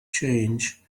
change